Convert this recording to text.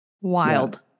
Wild